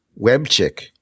Webchick